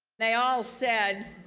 they all said